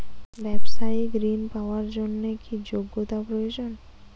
ব্যবসায়িক ঋণ পাওয়ার জন্যে কি যোগ্যতা প্রয়োজন?